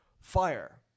Fire